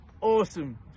awesome